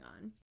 on